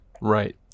Right